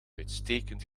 uitstekend